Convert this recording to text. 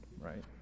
Right